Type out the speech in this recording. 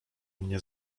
mnie